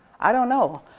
i don't know,